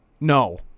No